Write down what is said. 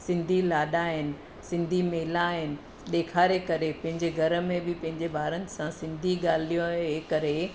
सिंधी लाॾा आहिनि सिंधी मेला आहिनि ॾेखारे करे पंहिंजे घर में बि पंहिंजे ॿारनि सां सिंधी ॻाल्हाए करे